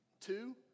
Two